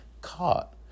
Caught